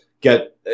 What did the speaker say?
get